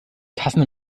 tassen